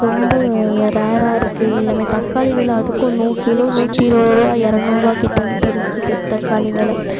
ரொம்ப ரேராக இருக்குது எல்லாமே தக்காளி வெலை அதுக்கும் நூ கிலோ நூற்றி இருபது ரூபா இரநூறுவா கிட்ட வந்து விற்கிது தக்காளி வெலை